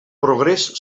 progrés